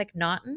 McNaughton